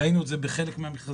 ראינו את זה בחלק מהמכרזים,